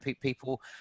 people